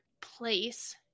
place